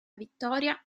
vittoria